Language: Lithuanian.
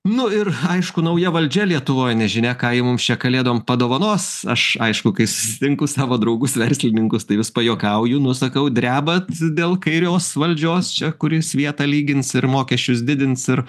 nu ir aišku nauja valdžia lietuvoj nežinia ką ji mums čia kalėdom padovanos aš aišku kai susitinku savo draugus verslininkus tai vis pajuokauju nu sakau drebat dėl kairios valdžios čia kuri svietą lygins ir mokesčius didins ir